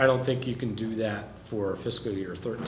i don't think you can do that for fiscal year thir